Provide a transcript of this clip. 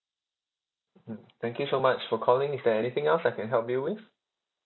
mm thank you so much for calling is there anything else I can help you with